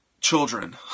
Children